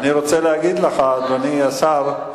אדוני השר,